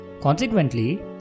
Consequently